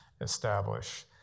establish